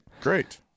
great